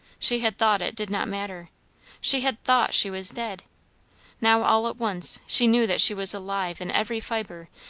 she had thought it did not matter she had thought she was dead now all at once she knew that she was alive in every fibre,